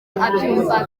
abyumva